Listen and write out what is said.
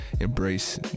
embrace